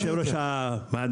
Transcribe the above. אדוני יושב-ראש הוועדה,